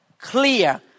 clear